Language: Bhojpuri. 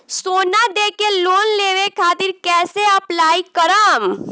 सोना देके लोन लेवे खातिर कैसे अप्लाई करम?